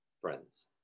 friends